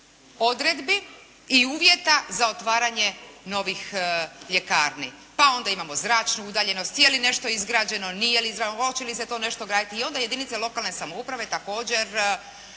odredbi i uvjeta za otvaranje novih ljekarni. Pa onda imamo zračnu udaljenost, je li nešto izgrađeno ili nije, hoće li se tu nešto graditi i onda jedinice lokalne samouprave također